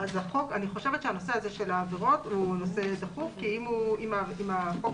בנושא העבירות הוא דחוף כי אם החוק